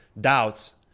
doubts